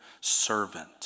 servant